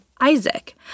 Isaac